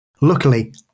Luckily